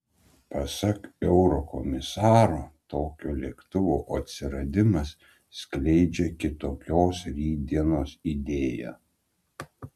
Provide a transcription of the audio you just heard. pasak eurokomisaro tokio lėktuvo atsiradimas skleidžia kitokios rytdienos idėją